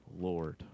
Lord